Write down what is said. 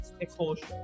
exposure